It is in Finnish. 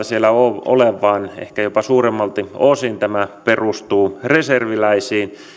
siellä pelkästään ammattisotilaita vaan ehkä jopa suuremmalti osin tämä perustuu reserviläisiin